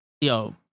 yo